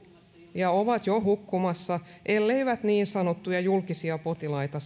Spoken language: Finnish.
ja ovat jo hukkumassa elleivät saa leikata niin sanottuja julkisia potilaita